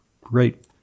Great